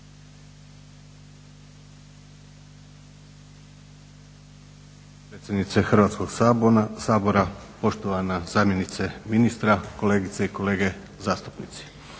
Hrvatskog sabora, poštovana zamjenice ministra, kolegice i kolege zastupnici.